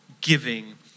giving